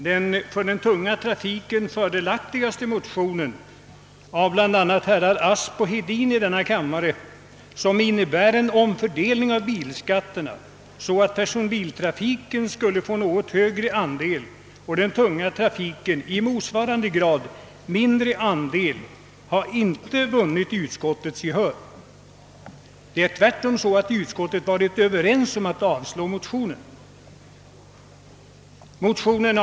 Den för den tunga trafiken fördelaktigaste motionen, av bl.a. herr Asp och herr Hedin i denna kammare, som innebär en omfördelning av bilskatterna så att personbiltrafiken får bära en något högre andel och den tunga trafiken i motsvarande grad en mindre andel, har inte vunnit utskottets gehör. Tvärtom har utskottet enhälligt avstyrkt motionen.